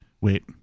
Wait